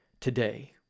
today